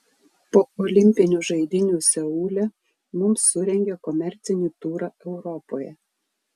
po olimpinių žaidynių seule mums surengė komercinį turą europoje